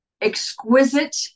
exquisite